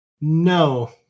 No